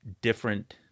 different